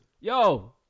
Yo